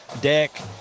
deck